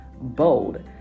bold